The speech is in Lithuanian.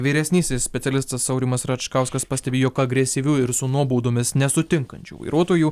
vyresnysis specialistas aurimas račkauskas pastebi jog agresyvių ir su nuobaudomis nesutinkančių vairuotojų